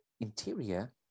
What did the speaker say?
Interior